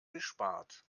gespart